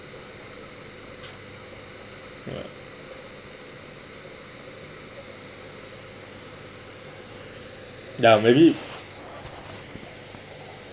ya maybe